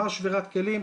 מהי שבירת הכלים?